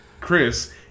Chris